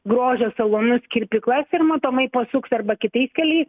grožio salonus kirpyklas ir matomai pasuks arba kitais keliais